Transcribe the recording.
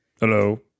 hello